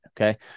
Okay